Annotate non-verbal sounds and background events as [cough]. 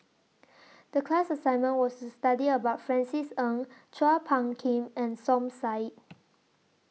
[noise] The class assignment was to study about Francis Ng Chua Phung Kim and Som Said